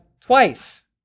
twice